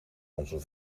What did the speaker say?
onze